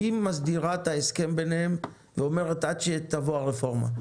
היא מסדירה את ההסכם ביניהם עד שתהיה רפורמה.